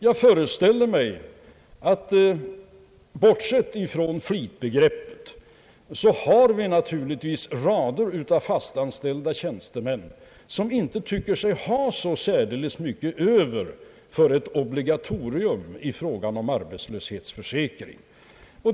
Jag föreställer mig att bortsett från flitbegreppet, så har vi naturligtvis rader av fast anställda tjänstemän som inte tycker sig ha så särdeles mycket till övers för ett obligatorium i frågan om arbetslöshetsförsäkring.